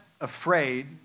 afraid